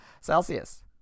Celsius